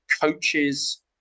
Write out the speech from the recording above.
coaches